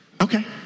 okay